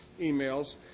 emails